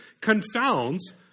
confounds